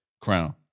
crown